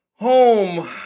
Home